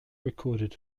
recorded